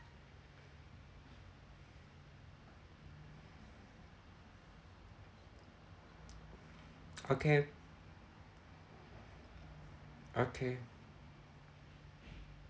okay okay